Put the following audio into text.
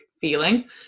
feeling